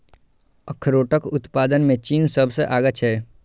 अखरोटक उत्पादन मे चीन सबसं आगां छै